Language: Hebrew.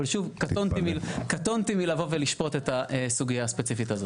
אבל קטונתי מלבוא ולשפוט את הסוגייה הספציפית הזאת.